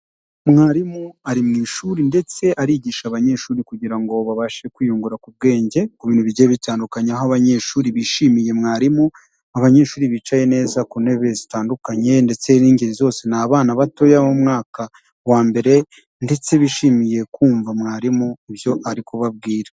Mwarimu ari mu ishuri ndetse arigisha abanyeshuri kugira ngo babashe kwiyungura ku bwenge ku bintu bigiye bitandukanye, aho abanyeshuri bishimiye mwarimu. Abanyeshuri bicaye neza ku ntebe zitandukanye ndetse n'ingeri zose ni abana batoya bo mu mwaka wa mbere ndetse bishimiye kumva mwarimu ibyo arikubabwira.